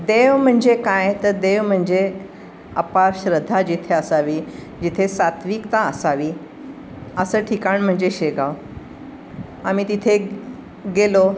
देव म्हणजे काय तर देव म्हणजे अपार श्रद्धा जिथे असावीजिथे सात्विकता असावी असं ठिकाण म्हणजे शेगाव आम्ही तिथे गेलो